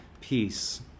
peace